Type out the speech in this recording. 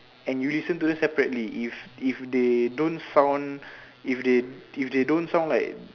and you listen to them separately if if they don't sound if they if they don't sound like